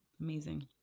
Amazing